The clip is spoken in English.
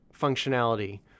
functionality